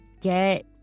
get